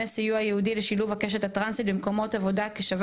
סיוע ייעודי לשילוב הקשת הטרנסית במקומות עבודה כשווה